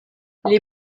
les